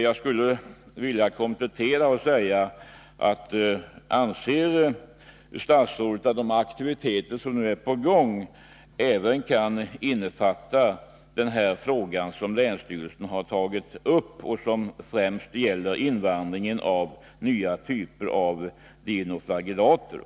Jag skulle vilja komplettera min fråga till jordbruksministern: Anser statsrådet att de aktiviteter som nu är på gång även kan innefatta den fråga som länsstyrelsen tagit upp och som främst gäller invandringen av nya typer av dinoflagellater?